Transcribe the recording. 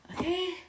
okay